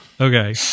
Okay